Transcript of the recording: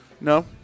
No